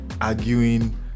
arguing